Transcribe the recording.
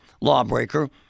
lawbreaker